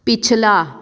ਪਿਛਲਾ